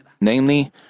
Namely